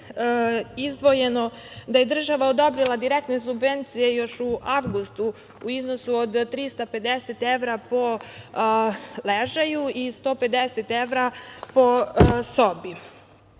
privrede, država odobrila direktne subvencije još u avgustu, a u iznosu od 350 evra po ležaju i 150 evra po sobi.